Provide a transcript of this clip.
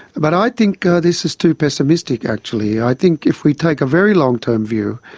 but i think ah this is too pessimistic, actually. i think if we take a very long-term view,